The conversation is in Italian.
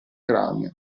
cranio